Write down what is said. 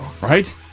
Right